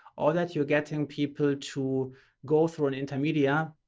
or that you're getting people to go through an intermedia,